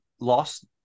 lost